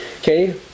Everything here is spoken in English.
Okay